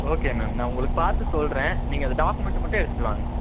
okay ma'am நான் உங்களுக்கு பார்த்து சொல்லுறேன் நீங்கள் அது டாக்குமெண்டு மட்டும் எடுத்துகிட்டு வாங்க